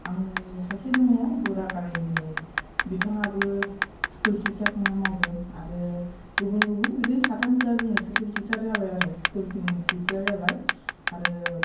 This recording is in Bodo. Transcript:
आंनि सासे दङ बरागारिनि बिथाङाबो स्कुल टिचारखौनो मावदों आरो गुबुन गुबुन बिदिनो साथामसोआ जोङो स्कुल टिचार जाबाय आरो स्कुलनि टिचार जाबाय आरो